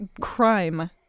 crime